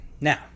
Now